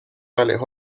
tales